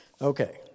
Okay